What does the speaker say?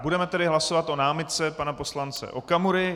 Budeme tedy hlasovat o námitce pana poslance Okamury.